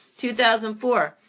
2004